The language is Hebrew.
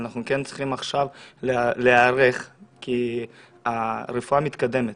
אבל אנחנו כן צריכים עכשיו להיערך כי הרפואה מתקדמת